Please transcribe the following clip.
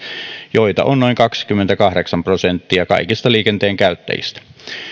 joita on noin kaksikymmentäkahdeksan prosenttia kaikista liikenteen käyttäjistä